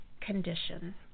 condition